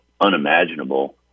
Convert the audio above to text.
unimaginable